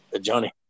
Johnny